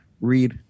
read